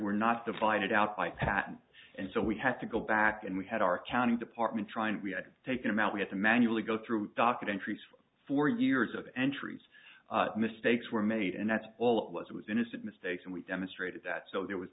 were not divided out by patent and so we had to go back and we had our accounting department try and we had taken him out we had to manually go through docket entries for four years of entries mistakes were made and that's all it was it was innocent mistakes and we demonstrated that so there was